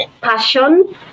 passion